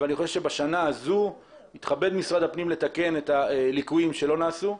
אבל אני חושב שבשנה הזו יתכבד משרד הפנים לתקן את הליקויים שלא תוקנו.